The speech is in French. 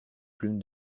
plumes